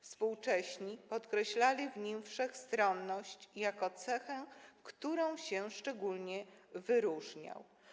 Współcześni podkreślali w nim wszechstronność jako cechę, którą się szczególnie wyróżniał.